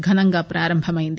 ఘనంగా ప్రారంభమైంది